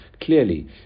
clearly